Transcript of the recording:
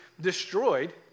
destroyed